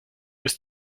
ist